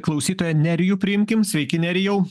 klausytoją nerijų priimkim sveiki nerijau